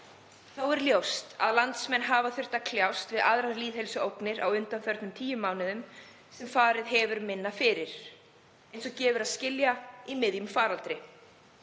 Þó er ljóst að landsmenn hafa þurft að kljást við aðrar lýðheilsuógnir á undanförnum tíu mánuðum sem farið hefur minna fyrir, eins og gefur að skilja í miðjum faraldri.